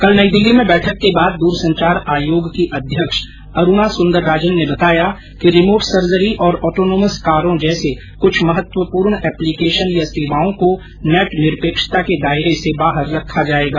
कल नई दिल्ली में बैठक के बाद दूरसंचार आयोग की अध्यक्ष अरुणा सुंदर राजन ने बताया कि रिमोट सर्जरी और ऑटोनोमस कारों जैसे कृछ महत्वपूर्ण एप्लीकेशन या र्सेवाओं को नेट निरपेक्षता के दायरे से बाहर रखा जाएगा